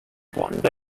have